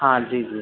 हाँ जी जी